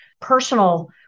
personal